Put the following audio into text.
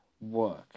work